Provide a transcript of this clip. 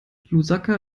lusaka